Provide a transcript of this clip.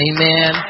Amen